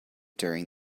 during